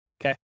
Okay